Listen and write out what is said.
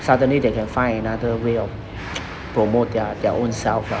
suddenly they can find another way of promote their their ownself ah